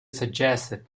suggested